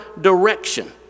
direction